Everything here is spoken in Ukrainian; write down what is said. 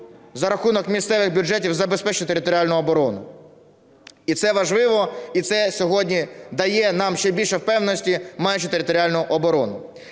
за рахунок місцевих бюджетів забезпечити територіальну оборону. І це важливо, і це сьогодні дає нам ще більше впевненості, маючи територіальну оборону.